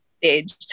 stage